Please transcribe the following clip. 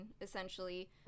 essentially